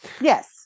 Yes